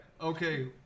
Okay